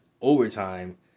overtime